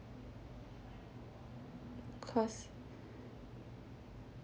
cause